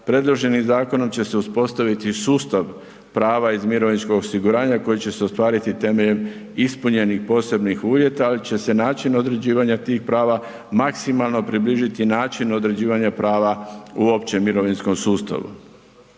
predloženim zakonom će se uspostaviti sustav prava iz mirovinskog osiguranja koji će se ostvariti temeljem ispunjenih posebnih uvjeta, ali će se način određivanja tih prava maksimalno približiti načinu određivanja prava u općem mirovinskom sustavu.